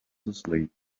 asleep